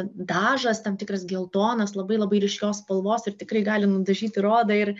dažas tam tikras geltonas labai labai ryškios spalvos ir tikrai gali nudažyti ir odą ir